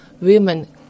women